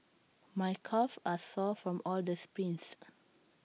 my calves are sore from all the sprints